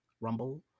rumble